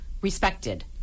respected